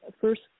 first